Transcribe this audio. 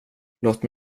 låt